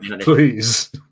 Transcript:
please